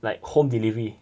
like home delivery